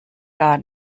gar